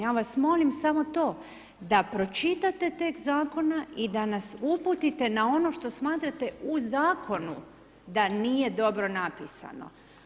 Ja vas molim samo to, da pročitate tekst zakona i da nas uputiti na ono što smatrate u zakonu da nije dobro napisano.